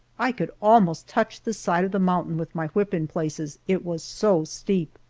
i could almost touch the side of the mountain with my whip in places, it was so steep.